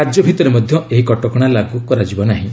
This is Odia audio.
ରାଜ୍ୟ ଭିତରେ ମଧ୍ୟ ଏହି କଟକଶା ଲାଗୁ ହେବ ନାହିଁ